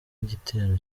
igitero